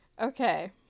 Okay